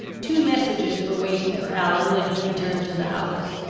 two messages were waiting for allan when he returned to the house.